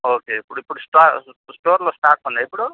okay ఇప్పుడు ఇప్పుడు స్టోర్లో స్టాక్ ఉన్నాయా ఇప్పుడు